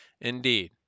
Indeed